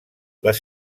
les